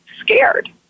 scared